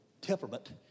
temperament